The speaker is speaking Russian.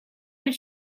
при